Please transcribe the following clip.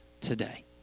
today